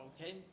Okay